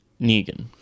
Negan